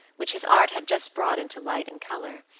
which his art had just brought into light and color,